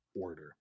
order